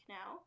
now